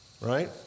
right